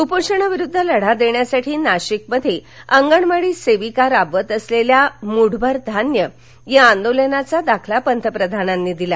कुपोषणाविरुद्ध लढा देण्यासाठी नाशिकमध्ये अंगणवाडी सेविका राबवत असलेल्या मूठभर धान्य या आंदोलनाचा दाखला पंतप्रधानांनी दिला